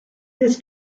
this